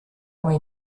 come